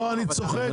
לא, אני צוחק.